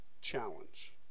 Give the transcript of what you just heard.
challenge